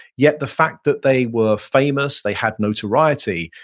yet the fact that they were famous, they had notoriety,